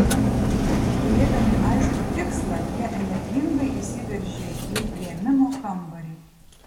turėdami aiškų tikslą jie energingai įsiveržė į priėmimo kambarį